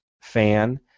fan